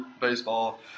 baseball